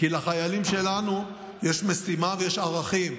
כי לחיילים שלנו יש משימה ויש ערכים.